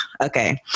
Okay